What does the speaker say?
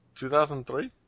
2003